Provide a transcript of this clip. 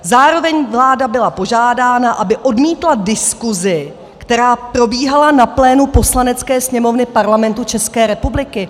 Zároveň vláda byla požádána, aby odmítla diskusi, která probíhala na pléna Poslanecké sněmovny Parlamentu České republiky.